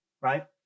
Right